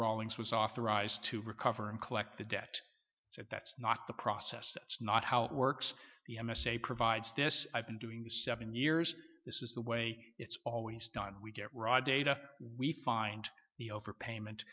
rawlings was authorized to recover and collect the debt so if that's not the process that's not how it works the n s a provides this i've been doing this seven years this is the way it's always done we get raw data we find the overpayment